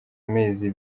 amezi